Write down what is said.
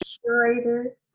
curator